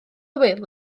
wil